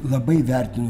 labai vertinu